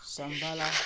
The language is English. Sambala